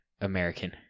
American